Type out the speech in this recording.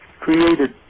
created